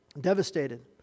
Devastated